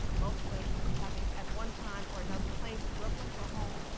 both of them having at one time or another, claimed brooklyn for a home,